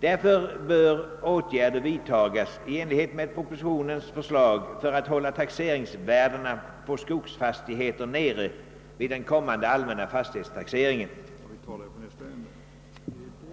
därför bör åtgärder vidtas i enlighet med propositionens förslag för att hålla taxeringsvärdena på skogsfastigheter nere vid den kommande allmänna fastighetstaxeringen.